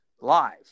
live